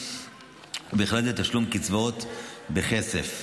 ובכלל זה תשלום קצבאות בכסף.